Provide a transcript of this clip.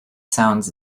sounds